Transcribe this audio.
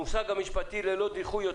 המושג המשפטי ללא דיחוי,